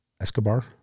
Escobar